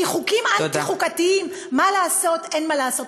כי חוקים אנטי-חוקתיים, מה לעשות, אין מה לעשות.